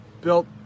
built